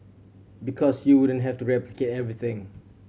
because you wouldn't have to replicate everything